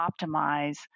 optimize